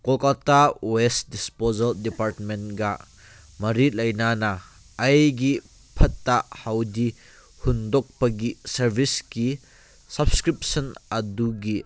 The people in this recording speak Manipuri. ꯀꯣꯜꯀꯥꯇꯥ ꯋꯦꯁ ꯗꯤꯁꯄꯣꯁꯜ ꯗꯤꯄꯥꯔꯠꯃꯦꯟꯒ ꯃꯔꯤ ꯂꯩꯅꯅ ꯑꯩꯒꯤ ꯐꯠꯇ ꯍꯥꯎꯗꯤ ꯍꯨꯡꯗꯣꯛꯄꯒꯤ ꯁꯥꯔꯕꯤꯁꯀꯤ ꯁꯞꯀ꯭ꯔꯤꯞꯁꯟ ꯑꯗꯨꯒꯤ